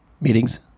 meetings